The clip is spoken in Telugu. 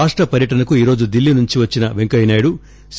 రాష్ట పర్యటనకు ఈరోజు ఢిల్లీ నుంచి వచ్చిన వెంకయ్యనాయుడు సి